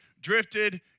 drifted